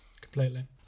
Completely